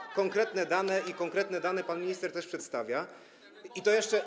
Są tu konkretne dane i te konkretne dane pan minister też przedstawiał, i to jeszcze.